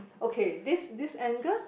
okay this this angle